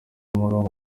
murongo